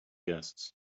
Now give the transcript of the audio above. guests